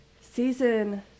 Season